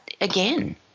again